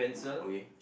okay